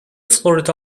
florida